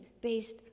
based